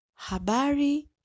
Habari